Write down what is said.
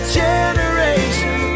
generation